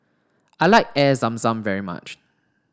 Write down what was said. I like Air Zam Zam very much